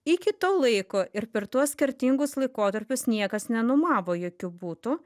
iki to laiko ir per tuos skirtingus laikotarpius niekas nenuomavo jokių butų